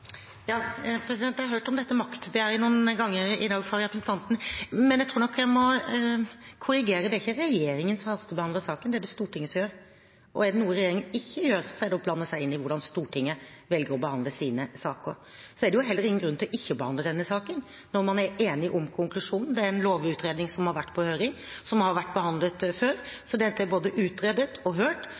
Jeg har hørt om dette maktbegjæret noen ganger i dag fra representanten, men jeg tror nok jeg må korrigere. Det er ikke regjeringen som hastebehandler saken, det er det Stortinget som gjør, og er det noe regjeringen ikke gjør, er det å blande seg inn i hvordan Stortinget velger å behandle sine saker. Så er det jo heller ingen grunn til ikke å behandle denne saken, når man er enige om konklusjonen. Det er en lovutredning som har vært på høring, som har vært behandlet før, så dette er både utredet og hørt,